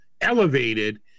elevated